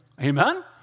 Amen